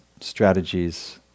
strategies